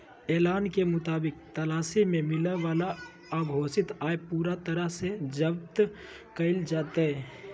ऐलान के मुताबिक तलाशी में मिलय वाला अघोषित आय पूरा तरह से जब्त कइल जयतय